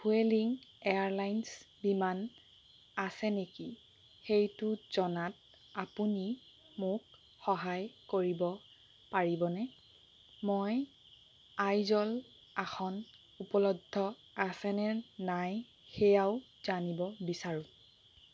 Vueling airlines বিমান আছে নেকি সেইটো জনাত আপুনি মোক সহায় কৰিব পাৰিবনে মই আইজল আসন উপলব্ধ আছেনে নাই সেয়াও জানিব বিচাৰোঁঁ